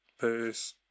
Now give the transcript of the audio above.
Peace